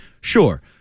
Sure